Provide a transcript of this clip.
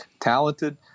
talented